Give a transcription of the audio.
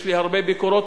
יש לי הרבה ביקורות,